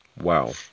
Wow